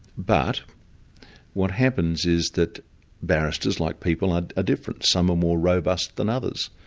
but what happens is that barristers, like people, are ah different. some are more robust than others.